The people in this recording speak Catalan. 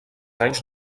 anys